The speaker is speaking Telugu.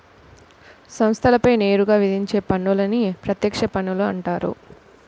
సంస్థలపై నేరుగా విధించే పన్నులని ప్రత్యక్ష పన్నులని అంటారు